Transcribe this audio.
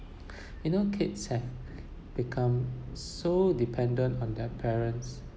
you know kids have become so dependent on their parents